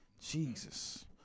Jesus